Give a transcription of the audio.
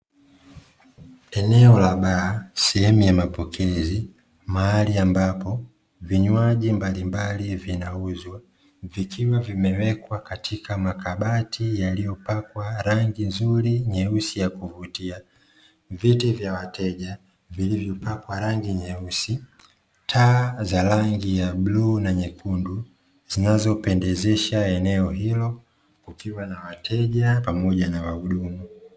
Eneo la baa sehemu ya mapokezi mahali ambapo vinywaji mbalimbali vinauzwa ,vikiwa vimewekwa katika makabati yaliyopakwa rangi nzuri nyeusi ya kuvutia, viti vya wateja vilipakwa rangi nyeusi ,taa za rangi ya bluu na nyekundu zinazopendeza eneo hilo, kukiwa na wateja pamoja na wahudumu.